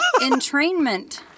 Entrainment